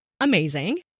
Amazing